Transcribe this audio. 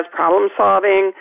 problem-solving